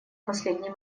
последний